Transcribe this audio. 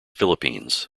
philippines